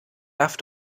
darf